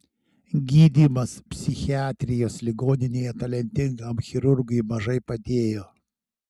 gydymas psichiatrijos ligoninėje talentingam chirurgui mažai padėjo